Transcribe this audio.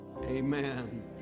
amen